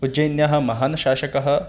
उज्जेन्याः महानुशासकः